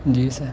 جی سر